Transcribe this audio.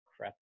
crap